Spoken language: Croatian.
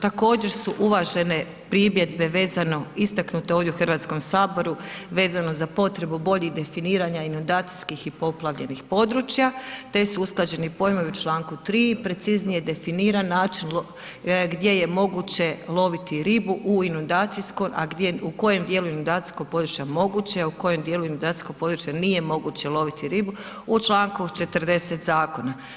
Također su uvažene primjedbe vezano, istaknute ovdje u Hrvatskom saboru vezano za potrebu boljih definiranja i inundacijskih i poplavljenih područja te su usklađeni pojmovi u članku 3. preciznije definiran način gdje je moguće loviti ribu u inundacijskom a gdje, u kojem dijelu inundacijskog područja je moguće a u kojem dijelu inundacijskog područja nije moguće loviti ribu, u članku 40. zakona.